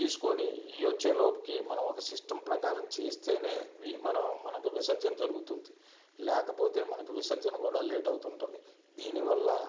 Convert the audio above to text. తీసుకుని ఇవొచ్చే లోపుకి మనమొక సిస్టమ్ ప్రకారం చేస్తేనే ఇవి మన మనకి విసర్జన జరుగుతుంది లేకపోతే మనకి విసర్జన కూడా లేట్ అవుతుంటుంది దీనివల్ల